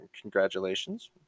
congratulations